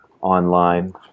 online